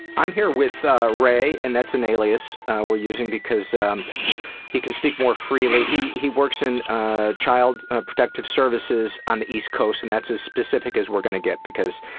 i'm here with ray, and that's an alias we're using because um he can speak more freely. he he works in ah child protective services on the east coast, and that's as specific as we're gonna get, because,